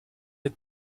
het